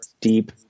deep